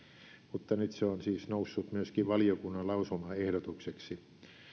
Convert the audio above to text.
mutta nyt se on siis noussut myöskin valiokunnan lausumaehdotukseksi